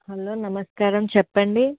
hello నమస్కారం చెప్పండి